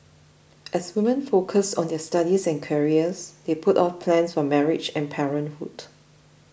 as women focused on their studies and careers they put off plans for marriage and parenthood